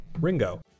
Ringo